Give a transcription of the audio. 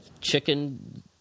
Chicken